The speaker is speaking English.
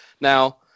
now